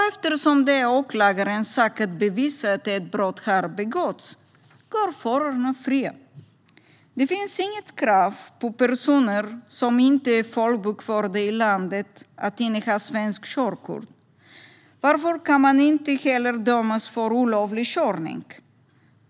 Eftersom det är åklagarens sak att bevisa att ett brott har begåtts går förarna fria. Det finns inget krav på personer som inte är folkbokförda i landet att inneha svenskt körkort. Därför kan man inte heller dömas för olovlig körning.